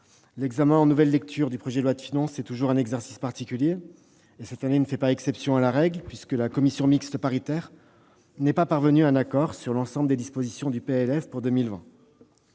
l'examen en nouvelle lecture du projet de loi de finances (PLF) constitue toujours un exercice particulier. Cette année ne fait pas exception à la règle, puisque la commission mixte paritaire n'est pas parvenue à un accord sur l'ensemble des dispositions du PLF pour 2020.